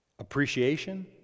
Appreciation